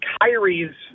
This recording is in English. Kyrie's